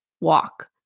walk